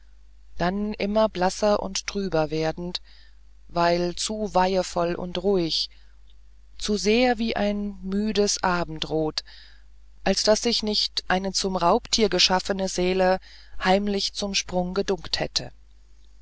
dann immer blasser und trüber werdend viel zu weihevoll und ruhig zu sehr wie müdes abendrot als daß sich nicht eine zum raubtier geschaffene seele heimlich zum sprung geduckt hätte